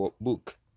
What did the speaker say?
Book